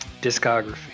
Discography